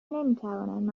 نمیتوانند